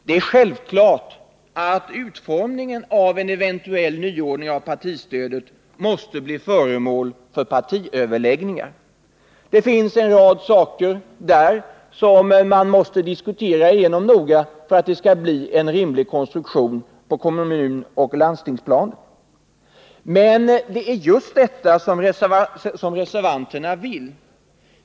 Det är självklart att utformningen av en eventuell nyordning för partistödet måste bli föremål för partiöverläggningar. Det finns uppenbart förhållanden som måste diskuteras igenom noga för att det skall bli en rimlig konstruktion på kommunoch landstingsplanet. Men det är just detta som reservanterna vill.